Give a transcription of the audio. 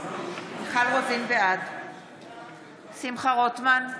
בעד שמחה רוטמן,